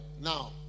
Now